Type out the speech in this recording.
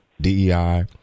DEI